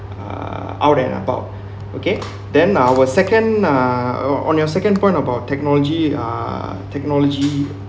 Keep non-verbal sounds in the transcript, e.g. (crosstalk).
uh out and about (breath) okay then our second uh on your second point about technology uh technology